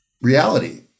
reality